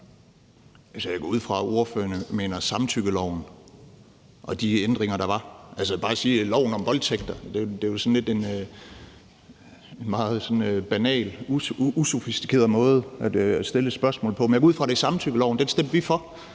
Jeg går ud fra, at spørgeren mener samtykkeloven og de ændringer, der var dér. Altså, jeg vil bare sige, at det at sige loven om voldtægter er sådan en meget banal og usofistikeret måde at stille et spørgsmål på. Men jeg går ud fra, at det handler om samtykkeloven. Den stemte vi for,